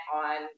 on